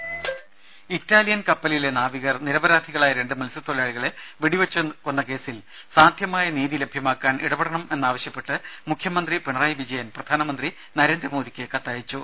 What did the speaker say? രുഭ ഇറ്റാലിയൻ കപ്പലിലെ നാവികർ നിരപരാധികളായ രണ്ട് മത്സ്യത്തൊഴിലാളികളെ വെടിവെച്ചു കൊന്ന കേസിൽ സാധ്യമായ നീതി ലഭ്യമാക്കാൻ ഇടപെടണമെന്നാവശ്യപ്പെട്ട് മുഖ്യമന്ത്രി പിണറായി വിജയൻ പ്രധാനമന്ത്രി നരേന്ദ്രമോദിക്ക് കത്തയച്ചു